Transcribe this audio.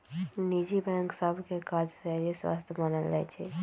निजी बैंक सभ के काजशैली स्वस्थ मानल जाइ छइ